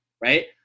right